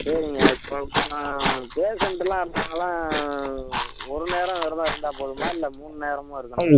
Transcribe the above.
சரிங்க இப்போ பேஷண்ட்டலாம் இருந்தாங்கலாம் ஒரு நேரம் விரதம் இருந்தால் போதுமா இல்லை மூணு நேரமும் இருக்கணும்மா